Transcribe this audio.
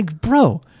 bro